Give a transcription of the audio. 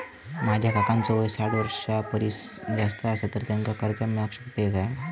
माझ्या काकांचो वय साठ वर्षां परिस जास्त आसा तर त्यांका कर्जा मेळाक शकतय काय?